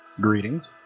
greetings